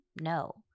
No